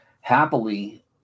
happily